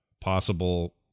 possible